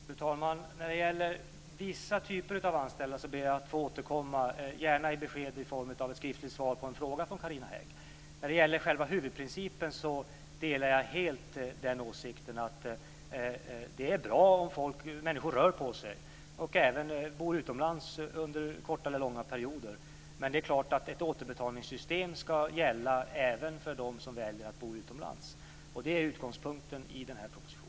Fru talman! När det gäller vissa typer av anställda ber jag att få återkomma med besked, gärna i form av ett skriftligt svar på en fråga från Carina Hägg. När det gäller själva huvudprincipen delar jag helt åsikten att det är bra om människor rör på sig och även bor utomlands under korta eller långa perioder. Men ett återbetalningssystem ska förstås gälla även för dem som väljer att bo utomlands, och det är utgångspunkten i den här propositionen.